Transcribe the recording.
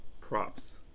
props